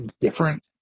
different